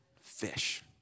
fish